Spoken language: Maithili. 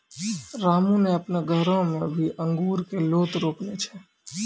रामू नॅ आपनो घरो मॅ भी अंगूर के लोत रोपने छै